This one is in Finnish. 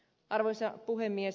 arvoisa puhemies